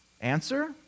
Answer